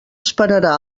esperarà